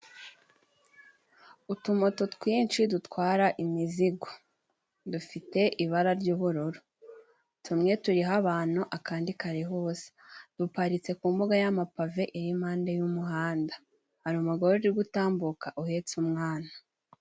Utumoto twinshi dutwara imizigo, dufite ibara ry'ubururu tumwe turiho abantu akandi kariho ubusa, duparitse ku mbuga y'amapave ir'impande y'umuhanda hari umugore uri gutambuka uhetse umwana.